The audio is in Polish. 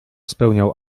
spełniał